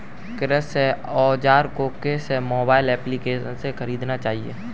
कृषि औज़ार को किस मोबाइल एप्पलीकेशन से ख़रीदना चाहिए?